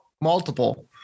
Multiple